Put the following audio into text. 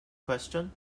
question